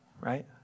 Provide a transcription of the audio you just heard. right